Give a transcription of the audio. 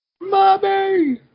Mommy